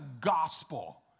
gospel